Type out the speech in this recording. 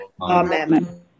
Amen